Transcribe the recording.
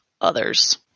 others